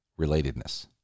relatedness